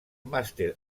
màster